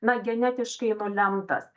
na genetiškai nulemtas